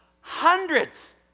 Hundreds